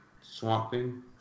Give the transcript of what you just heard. Swamping